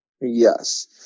Yes